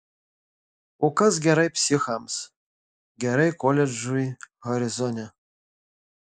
o kas gerai psichams gerai koledžui harisone